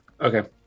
Okay